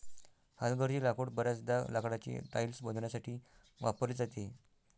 हलगर्जी लाकूड बर्याचदा लाकडाची टाइल्स बनवण्यासाठी वापरली जाते